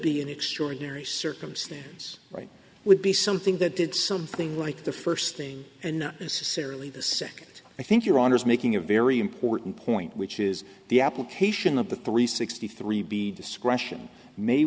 be an extraordinary circumstance right would be something that did something like the first thing and not necessarily the second i think your honor is making a very important point which is the application of the three sixty three b discretion may